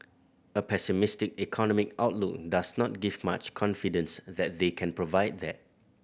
a pessimistic economic outlook does not give much confidence that they can provide that